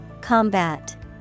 Combat